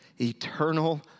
eternal